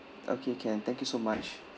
okay can thank you so much